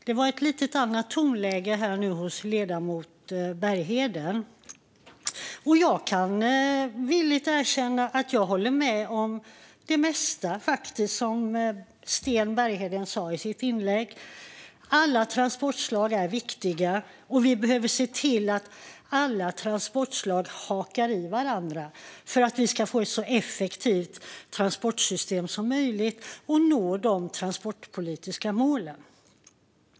Det var ett lite annat tonläge hos Sten Bergheden nu, och jag kan villigt erkänna att jag håller med om det mesta som ledamoten sa i sitt anförande. Alla transportslag är viktiga, och vi behöver se till att alla transportslag hakar i varandra för att vi ska få ett så effektivt transportsystem som möjligt och nå de transportpolitiska målen.